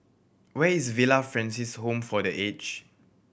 where is Villa Francis Home for The Age